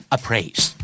Appraise